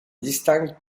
distingue